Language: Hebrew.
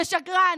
כשקרן,